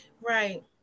Right